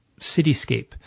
cityscape